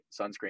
sunscreen